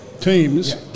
teams